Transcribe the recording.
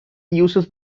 uses